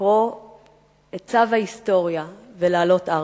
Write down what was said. לקרוא את צו ההיסטוריה ולעלות ארצה.